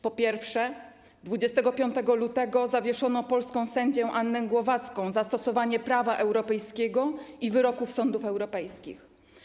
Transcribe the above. Po pierwsze, 25 lutego zawieszono polską sędzię Annę Głowacką za stosowanie prawa europejskiego i wyroków sądów europejskich.